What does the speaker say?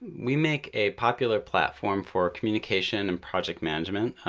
we make a popular platform for communication and project management,